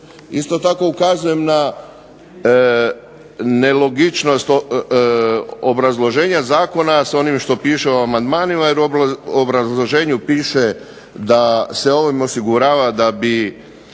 Isto tako ukazujem na nelogičnost obrazloženja zakona s onim što piše u amandmanima jer u obrazloženju piše da se ovim osigurava da bi